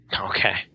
Okay